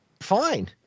fine